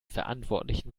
verantwortlichen